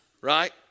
right